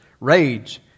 rage